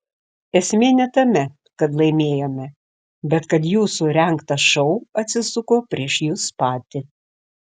esmė ne tame kad laimėjome bet kad jūsų rengtas šou atsisuko prieš jus patį